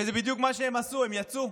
וזה בדיוק מה שהם עשו, יצאו.